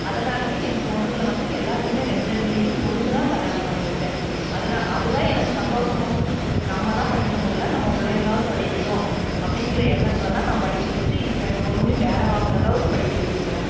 அதனாலேயே எங்கள் பொண்ணுங்களை வந்து எல்லாத்தையும் ரெண்டு ரெண்டு டிகிரி முடித்து தான் கல்யாணம் பண்ணி வைச்சேன் அதுனா அது தான் எனக்கு சந்தோசமாகவும் இருந்துச்சு நம்ம தான் படிக்க முடில நம்ம பிள்ளைங்களாவுது படிக்கட்டும் அப்படிங்கிற எண்ணத்தில் தான் நான் படிக்க வெச்சு இன்னைக்கி ரெண்டு பொண்ணுங்களையும் வேலை வாங்குற அளவுக்கு படிக்க வெச்சு இருக்கிறேன்